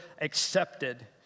accepted